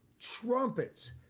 trumpets